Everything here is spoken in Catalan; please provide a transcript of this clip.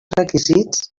requisits